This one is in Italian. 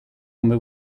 come